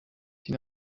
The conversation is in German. die